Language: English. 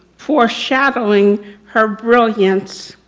foreshadowing her brilliance.